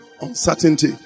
Uncertainty